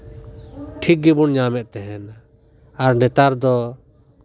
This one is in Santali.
ᱴᱷᱤᱠ ᱜᱮ ᱵᱚᱱ ᱧᱟᱢ ᱮᱫ ᱛᱟᱦᱮᱸᱱᱟ ᱟᱨ ᱱᱮᱛᱟᱨ ᱫᱚ